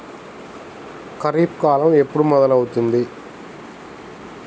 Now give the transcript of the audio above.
ఖరీఫ్ కాలం ఎప్పుడు మొదలవుతుంది?